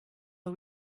are